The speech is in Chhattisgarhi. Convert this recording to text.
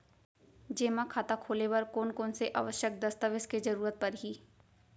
जेमा खाता खोले बर कोन कोन से आवश्यक दस्तावेज के जरूरत परही?